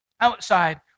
outside